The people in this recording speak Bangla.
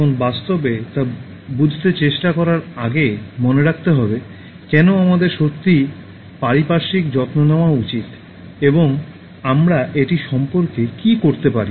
এখন বাস্তবে তা বুঝতে চেষ্টা করার আগে মনে রাখতে হবে কেন আমাদের সত্যিই পারিপার্শ্বিক যত্ন নেওয়া উচিত এবং আমরা এটি সম্পর্কে কী করতে পারি